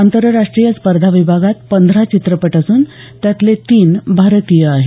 आंतरराष्ट्रीय स्पर्धा विभागात पंधरा चित्रपट असून त्यातले तीन भारतीय आहेत